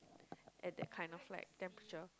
at that kind of like temperature